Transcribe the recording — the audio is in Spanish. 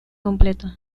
completo